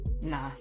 Nah